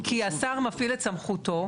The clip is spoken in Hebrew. כי השר מפעיל את סמכותו,